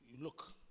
look